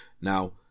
now